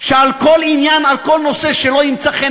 שעל כל עניין על כל נושא שלא ימצא חן